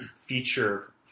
feature